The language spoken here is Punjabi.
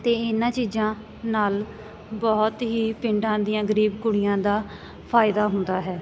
ਅਤੇ ਇਹਨਾਂ ਚੀਜ਼ਾਂ ਨਾਲ ਬਹੁਤ ਹੀ ਪਿੰਡਾਂ ਦੀਆਂ ਗਰੀਬ ਕੁੜੀਆਂ ਦਾ ਫਾਇਦਾ ਹੁੰਦਾ ਹੈ